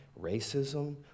racism